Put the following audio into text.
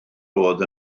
oedd